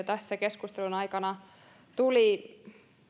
tässä keskustelun aikana tuli